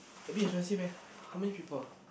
a bit expensive eh how many people